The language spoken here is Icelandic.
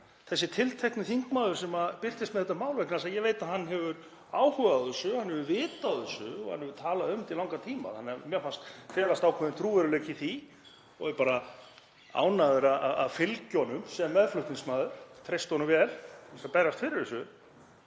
þessi tiltekni þingmaður birtist með þetta mál vegna þess að ég veit að hann hefur áhuga á þessu, hann hefur vit á þessu og hann hefur talað um þetta í langan tíma þannig að mér fannst felast ákveðinn trúverðugleiki í því. Ég er bara ánægður að fylgja honum sem meðflutningsmaður, treysti honum vel til þess að berjast fyrir þessu.